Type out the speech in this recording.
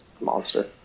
monster